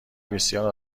بسیار